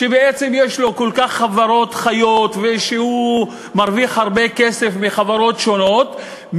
שבעצם יש לו חברות כל כך חיות ושהוא מרוויח הרבה כסף מחברות שונות,